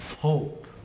hope